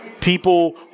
people